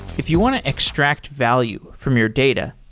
if you want to extract value from your data,